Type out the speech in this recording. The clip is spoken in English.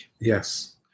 Yes